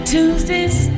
Tuesdays